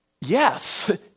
Yes